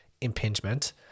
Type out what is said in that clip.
impingement